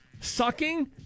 Sucking